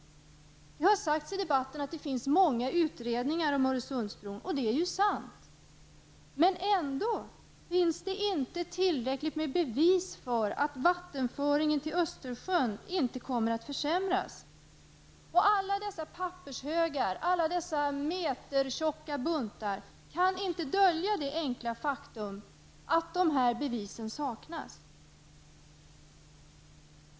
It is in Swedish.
Det har sagts i debatten att det finns många utredningar om Öresundsbron, och det är sant, men ändå finns det inte tillräckligt med bevis för att vattenföringen till Östersjön inte kommer att försämras. Alla metertjocka buntar av papper kan inte dölja detta enkla faktum att dessa bevis saknas.